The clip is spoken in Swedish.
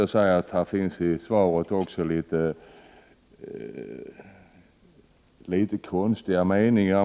I svaret finns också en del litet konstiga meningar.